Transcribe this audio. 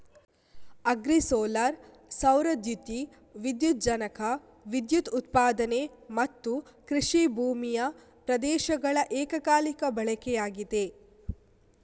agri solar ಸೌರ ದ್ಯುತಿ ವಿದ್ಯುಜ್ಜನಕ ವಿದ್ಯುತ್ ಉತ್ಪಾದನೆ ಮತ್ತುಕೃಷಿ ಭೂಮಿಯ ಪ್ರದೇಶಗಳ ಏಕಕಾಲಿಕ ಬಳಕೆಯಾಗಿದೆ